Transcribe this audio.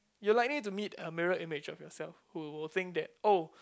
you're likely to meet a mirror image of yourself who will think that oh